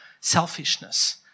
selfishness